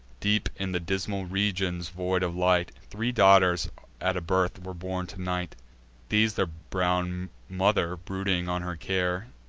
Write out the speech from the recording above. deep in the dismal regions void of light, three daughters at a birth were born to night these their brown mother, brooding on her care,